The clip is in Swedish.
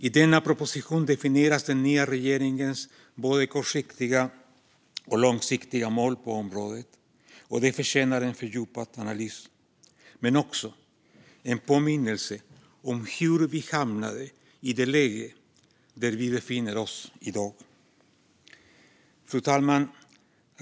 I propositionen definieras den nya regeringens både kortsiktiga och långsiktiga mål på området, och detta förtjänar en fördjupad analys men också en påminnelse om hur vi hamnade i det läge där vi befinner oss i dag. Fru talman!